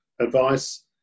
advice